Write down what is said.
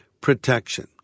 protection